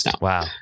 Wow